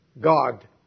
God